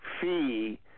fee